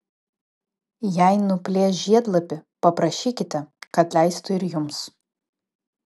jei nuplėš žiedlapį paprašykite kad leistų ir jums